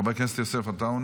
חבר הכנסת יוסף עטאונה